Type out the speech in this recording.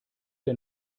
der